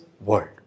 world